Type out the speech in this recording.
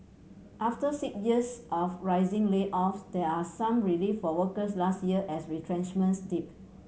after six years of rising layoffs there are some relief for workers last year as retrenchments dipped